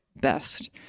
best